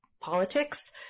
politics